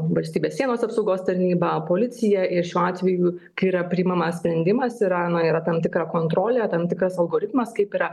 valstybės sienos apsaugos tarnyba policija ir šiuo atveju kai yra priimamas sprendimas yra na yra tam tikra kontrolė tam tikras algoritmas kaip yra